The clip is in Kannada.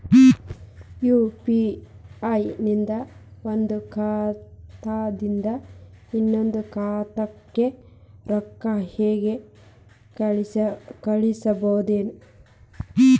ಯು.ಪಿ.ಐ ನಿಂದ ಒಂದ್ ಖಾತಾದಿಂದ ಇನ್ನೊಂದು ಖಾತಾಕ್ಕ ರೊಕ್ಕ ಹೆಂಗ್ ಕಳಸ್ಬೋದೇನ್ರಿ?